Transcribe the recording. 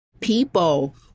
people